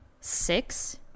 six